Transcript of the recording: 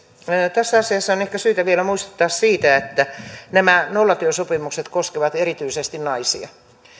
tässä asiassa on ehkä syytä vielä muistuttaa siitä että nämä nollatyösopimukset koskevat erityisesti naisia